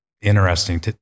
interesting